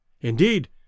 Indeed